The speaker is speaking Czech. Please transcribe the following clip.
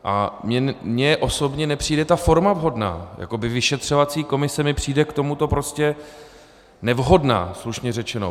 A mně osobně nepřijde ta forma vhodná, jakoby vyšetřovací komise mi přijde k tomuto prostě nevhodná, slušně řečeno.